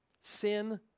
sin